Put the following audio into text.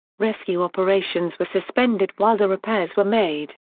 rescue operations were suspended while the repairs were made.